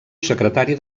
secretari